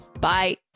Bye